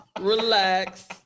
Relax